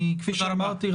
כפי שאמרתי,